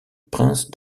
prince